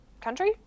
country